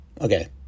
Okay